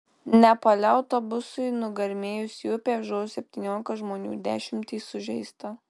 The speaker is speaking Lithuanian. nepale autobusui nugarmėjus į upę žuvo septyniolika žmonių dešimtys sužeista